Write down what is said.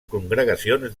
congregacions